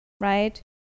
right